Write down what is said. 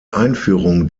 einführung